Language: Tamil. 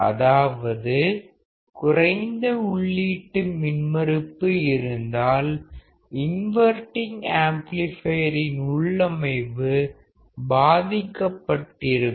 அதாவது குறைந்த உள்ளீட்டு மின்மறுப்பு இருந்தால் இன்வர்டிங் ஆம்ப்ளிபையரின் உள்ளமைவு பாதிக்கப்பட்டிருக்கும்